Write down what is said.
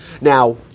Now